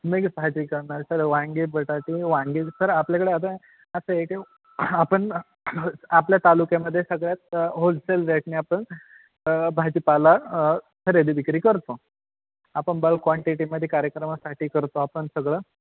मीच भाजी करणार सर वांगे बटाटे वांगे सर आपल्याकडे आतां असं हे के आपण आपल्या तालुक्यामध्ये सगळ्यात होलसेल रेटने आपण भाजीपाला खरेदी विक्री करतो आपण बल्क क्वांटिटीमध्ये कार्यक्रमासाठी करतो आपण सगळं